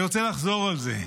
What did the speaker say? אני רוצה לחזור על זה: